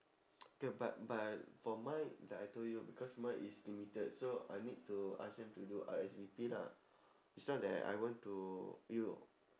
ya but but for mine like I told you because mine is limited so I need to ask them to do R_S_V_P lah it's not like I want to you know